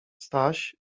staś